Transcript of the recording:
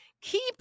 Keep